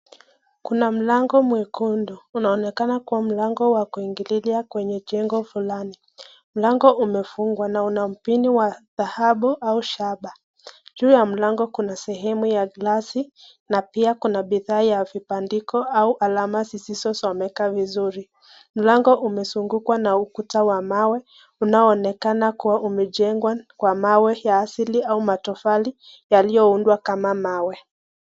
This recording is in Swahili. Kuna mlango mwekundu. Unaonekana kua mlango wa kuingililia kwenye jengo fulani. Mlango umefungwa na una mpinyo wa dhahabu au shaba. Juu ya mlango kuna sehemu ya glasi na pia kuna bidhaa ya vibandiko au alama zisizosomeka vizuri. Mlango umezungukwa na ukuta wa mawe unaoonekana kukua umejengwa kwa mawe ya asili au matofali yalioundwa kama mawe.